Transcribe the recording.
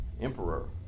emperor